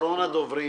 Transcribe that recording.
אחרון הדוברים